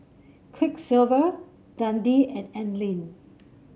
Quiksilver Dundee and Anlene